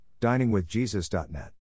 diningwithjesus.net